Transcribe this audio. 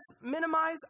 minimize